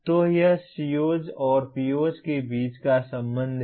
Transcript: तो यह COs और POs के बीच का संबंध है